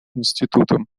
институтом